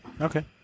Okay